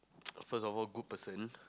first of all good person